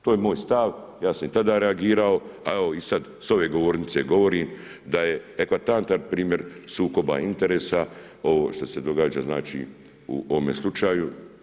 To je moj stav, ja sam i tada reagirao, a evo i sad s ove govornice govorim da je ekvatantan primjer sukoba interesa ovo što se događa znači u ovome slučaju.